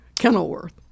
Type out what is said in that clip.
Kenilworth